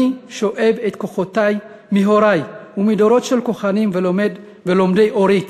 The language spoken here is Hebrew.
אני שואב את כוחותי מהורי ומדורות של כוהנים ולומדי אורייתא,